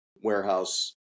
warehouse